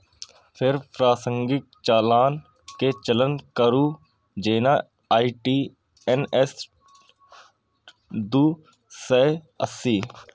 फेर प्रासंगिक चालान के चयन करू, जेना आई.टी.एन.एस दू सय अस्सी